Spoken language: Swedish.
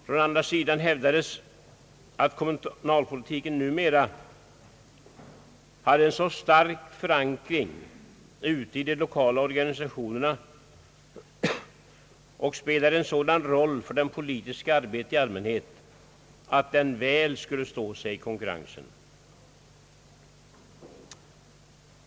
Från andra sidan hävdades att kommunalpolitiken numera hade en så stark förankring ute i de 1okala organisationerna och spelade en sådan roll för det politiska arbetet i allmänhet att den väl skulle stå sig i konkurrensen.